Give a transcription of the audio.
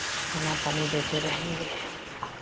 खाना पानी देते रहेंगे